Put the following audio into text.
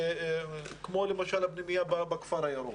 כמו למשל הפנימייה בכפר הירוק.